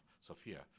Sophia